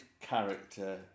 character